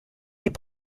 est